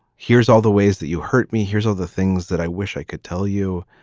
here's all the ways that you hurt me. here's all the things that i wish i could tell you